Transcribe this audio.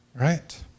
Right